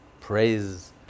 praise